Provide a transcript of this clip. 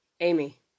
Amy